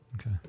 Okay